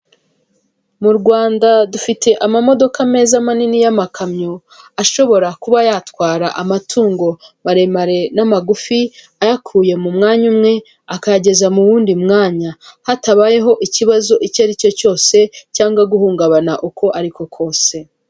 Mu Rwanda dufite amamodoka meza manini y'amakamyo, ashobora kuba yatwara amatungo maremare n'amagufi, ayakuye mu mwanya umwe akayageza mu wundi mwanya, hatabayeho ikibazo icyo ari cyo cyose cyangwa guhungabana uko ariko kose.